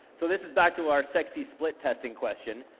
so this is back to our sexy split testing question.